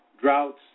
droughts